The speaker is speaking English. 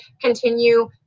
continue